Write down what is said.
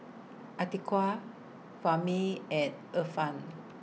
Atiqah Fahmi and Irfan